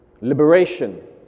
liberation